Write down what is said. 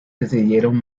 decidieron